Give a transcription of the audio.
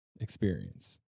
experience